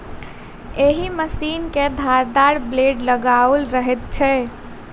एहि मशीन मे धारदार ब्लेड लगाओल रहैत छै